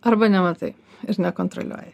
arba nematai ir nekontroliuoji